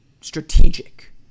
strategic